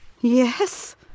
Yes